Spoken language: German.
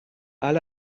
alle